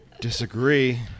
disagree